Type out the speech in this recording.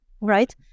right